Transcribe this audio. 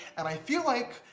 and i feel like,